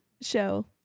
show